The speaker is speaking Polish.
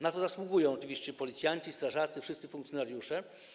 Na to zasługują oczywiście policjanci, strażacy, wszyscy funkcjonariusze.